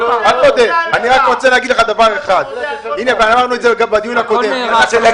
אחד שאמרנו גם בדיון הקודם.